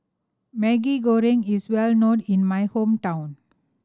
Maggi Goreng is well known in my hometown